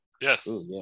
Yes